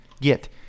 get